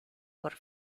por